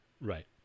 Right